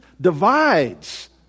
divides